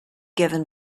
given